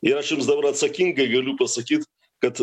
ir aš jums dabar atsakingai galiu pasakyt kad